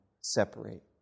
separate